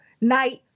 night